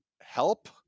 help